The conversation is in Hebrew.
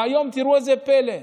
והיום תראו איזה פלא,